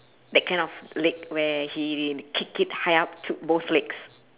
that kind of leg where he kick it high up t~ both legs